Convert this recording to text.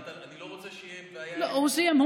אני לא רוצה שתהיה בעיה עם, הוא סיים.